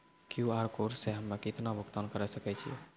QR code से हम्मय केतना भुगतान करे सके छियै?